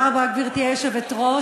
גברתי היושבת-ראש,